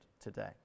today